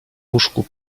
łóżku